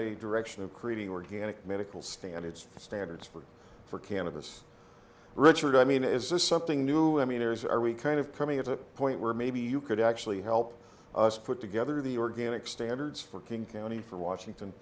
a direction of creating organic medical standards standards for for cannabis richard i mean is this something new i mean there's are we kind of coming at a point where maybe you could actually help us put together the organic standards for king county for washington